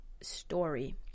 story